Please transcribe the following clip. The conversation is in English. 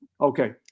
Okay